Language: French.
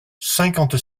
cinquante